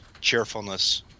cheerfulness